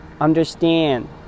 understand